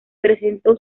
presentó